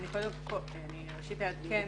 ראשית, אעדכן